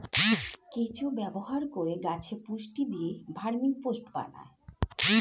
কেঁচো ব্যবহার করে গাছে পুষ্টি দিয়ে ভার্মিকম্পোস্ট বানায়